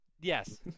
yes